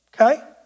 okay